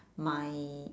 my